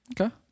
Okay